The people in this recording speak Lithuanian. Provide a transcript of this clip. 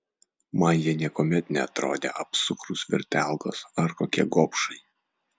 man jie niekuomet neatrodė apsukrūs vertelgos ar kokie gobšai